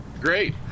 great